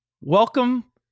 Welcome